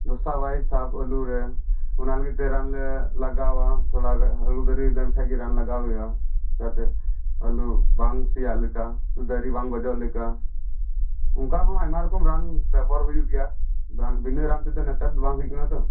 ᱫᱷᱚᱥᱟ ᱵᱟᱭ ᱥᱟᱵ ᱟᱹᱞᱩ ᱨᱮ ᱚᱱᱟ ᱞᱟᱹᱜᱤᱫ ᱛᱮ ᱨᱟᱱ ᱞᱮ ᱞᱟᱜᱟᱣᱟ ᱛᱷᱚᱲᱟ ᱜᱟᱱ ᱟᱹᱞᱩ ᱫᱟᱨᱮ ᱞᱮᱱᱠᱷᱟᱱ ᱟᱨᱠᱤ ᱨᱟᱱ ᱞᱟᱜᱟᱣ ᱦᱩᱭᱩᱜᱼᱟ ᱡᱟᱛᱮ ᱟᱹᱞᱩ ᱵᱟᱝ ᱥᱮᱭᱟᱜ ᱞᱮᱠᱟ ᱥᱮ ᱫᱟᱨᱮ ᱵᱟᱝ ᱜᱚᱡᱚᱜ ᱞᱮᱠᱟ ᱚᱱᱠᱟ ᱦᱚᱸ ᱟᱭᱢᱟ ᱨᱚᱠᱚᱢ ᱨᱟᱱ ᱵᱮᱵᱚᱦᱟᱨ ᱦᱩᱭᱩᱜ ᱜᱮᱭᱟ ᱵᱤᱱᱟᱹ ᱨᱟᱱ ᱛᱮᱫᱚ ᱱᱮᱛᱟᱨ ᱫᱚ ᱵᱟᱝ ᱦᱩᱭᱩᱜ ᱠᱟᱱᱟ ᱛᱳ